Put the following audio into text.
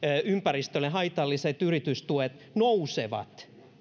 ympäristölle haitalliset yritystuet nousevat